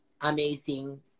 amazing